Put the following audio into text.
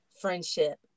friendship